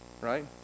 Right